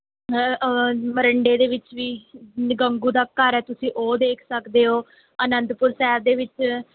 ਮੋਰਿੰਡੇ ਦੇ ਵਿੱਚ ਵੀ ਗੰਗੂ ਦਾ ਘਰ ਹੈ ਤੁਸੀਂ ਉਹ ਦੇਖ ਸਕਦੇ ਹੋ ਆਨੰਦਪੁਰ ਸਾਹਿਬ ਦੇ ਵਿੱਚ